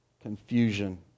confusion